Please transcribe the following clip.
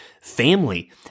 family